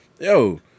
yo